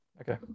Okay